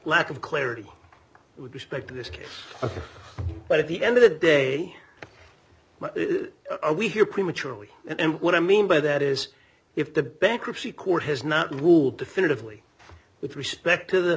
lack of clarity with respect to this case but at the end of the day when we hear prematurely and what i mean by that is if the bankruptcy court has not ruled definitively with respect to the